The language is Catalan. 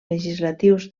legislatius